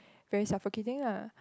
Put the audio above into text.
very suffocating lah